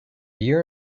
year